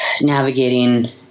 navigating